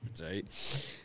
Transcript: right